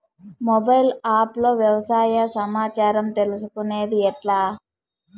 Mobile app లో వ్యవసాయ సమాచారం తీసుకొనేది ఎట్లా?